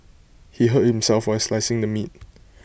he hurt himself while slicing the meat